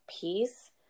piece